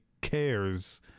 cares